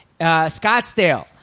Scottsdale